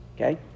okay